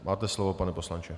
Máte slovo, pane poslanče.